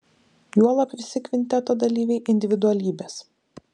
juolab visi kvinteto dalyviai individualybės